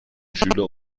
schüler